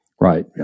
Right